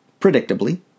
Predictably